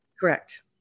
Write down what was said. Correct